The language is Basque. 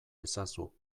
ezazu